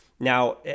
Now